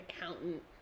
accountant